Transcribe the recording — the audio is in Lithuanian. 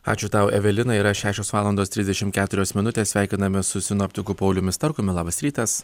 ačiū tau evelina yra šešios valandos trisdešimt keturios minutės sveikiname su sinoptikų pauliumi starkumi labas rytas